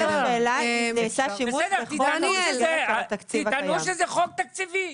השאלה היא אם נעשה שימוש נכון --- תטענו שזה חוק תקציבי,